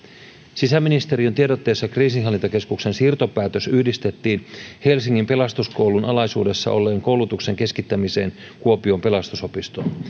sisäministeriön tiedotteessa kriisinhallintakeskuksen siirtopäätös yhdistettiin helsingin pelastuskoulun alaisuudessa olleen koulutuksen keskittämiseen kuopion pelastusopistoon